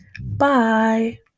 Bye